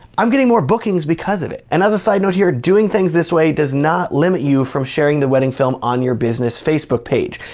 i'm getting more bookings because of it. and as a side note here doing things this way does not limit you from sharing the wedding film on your business facebook page.